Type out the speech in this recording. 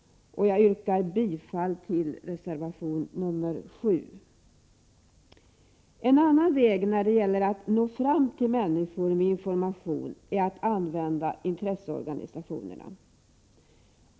Jag yrkar bifall till reservation nr 7. En annan väg när det gäller att nå fram till människor med information är att använda intresseorganisationerna.